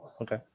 Okay